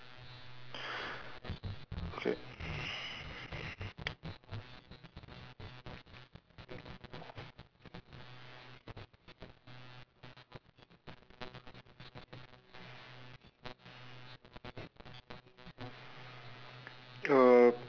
okay uh